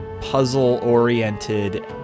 puzzle-oriented